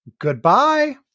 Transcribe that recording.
Goodbye